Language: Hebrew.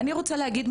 אני רוצה להגיד,